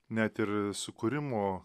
net ir sukūrimo